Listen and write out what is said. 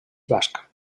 basc